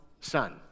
son